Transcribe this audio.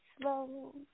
slow